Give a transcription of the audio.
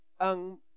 ang